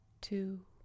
two